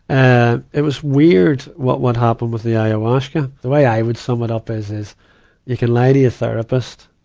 ah it was weird, what, what happened with the ayahuasca. the way i would sum it up is, is you can lie to your therapist.